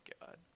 God